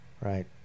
right